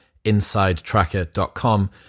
InsideTracker.com